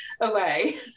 away